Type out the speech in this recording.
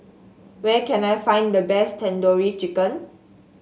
where can I find the best Tandoori Chicken